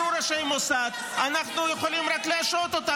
אמרו ראשי המוסד: אנחנו יכולים רק להשעות אותה,